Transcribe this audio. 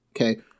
Okay